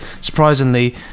surprisingly